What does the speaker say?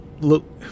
look